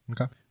okay